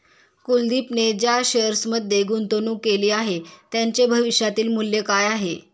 कुलदीपने ज्या शेअर्समध्ये गुंतवणूक केली आहे, त्यांचे भविष्यातील मूल्य काय आहे?